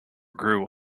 grew